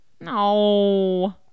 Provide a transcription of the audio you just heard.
no